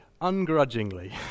ungrudgingly